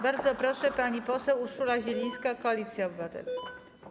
Bardzo proszę, pani poseł Urszula Zielińska, Koalicja Obywatelska.